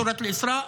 סורת אל-אסראא,